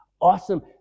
awesome